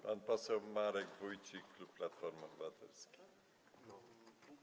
Pan poseł Marek Wójcik, klub Platformy Obywatelskiej.